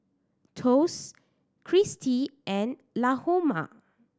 Thos Cristi and Lahoma